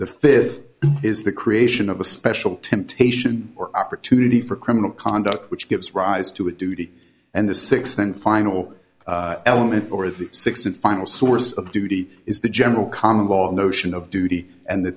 the fifth is the creation of a special temptation or opportunity for criminal conduct which gives rise to a duty and the sixth and final element or the sixth and final source of duty is the general calm of all notion of duty and the